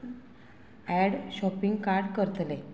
add shopping cart करतले